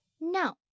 No